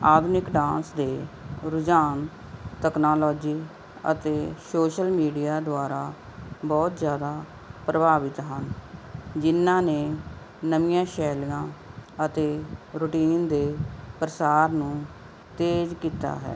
ਆਧੁਨਿਕ ਡਾਂਸ ਦੇ ਰੁਝਾਨ ਤਕਨਾਲੋਜੀ ਅਤੇ ਸ਼ੋਸ਼ਲ ਮੀਡੀਆ ਦੁਆਰਾ ਬਹੁਤ ਜ਼ਿਆਦਾ ਪ੍ਰਭਾਵਿਤ ਹਨ ਜਿਹਨਾਂ ਨੇ ਨਵੀਆਂ ਸ਼ੈਲੀਆਂ ਅਤੇ ਰੂਟੀਨ ਦੇ ਪ੍ਰਸਾਰ ਨੂੰ ਤੇਜ਼ ਕੀਤਾ ਹੈ